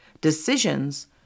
decisions